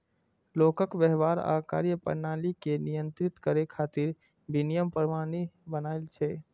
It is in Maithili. लोगक व्यवहार आ कार्यप्रणाली कें नियंत्रित करै खातिर विनियम बनाएल जाइ छै